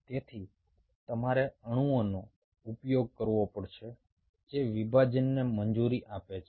તેથી તમારે અણુઓનો ઉપયોગ કરવો પડશે જે વિભાજનને મંજૂરી આપે છે